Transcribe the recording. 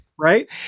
Right